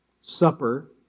supper